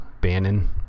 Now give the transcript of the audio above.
bannon